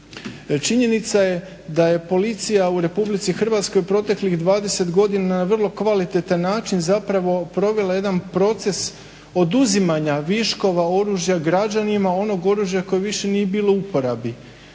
Činjenica je da je policija u RH u proteklih 20 godina na vrlo kvalitetan način zapravo provela jedan proces oduzimanja viškova oružja građanima, onog oružja koje više nije bilo u uporabi.